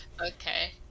Okay